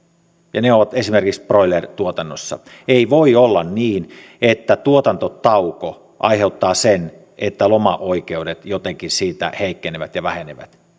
ja ne ovat esimerkiksi broilerituotannossa ei voi olla niin että tuotantotauko aiheuttaa sen että lomaoikeudet jotenkin siitä heikkenevät ja vähenevät